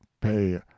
pay